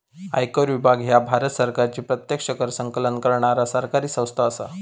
आयकर विभाग ह्या भारत सरकारची प्रत्यक्ष कर संकलन करणारा सरकारी संस्था असा